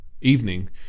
evening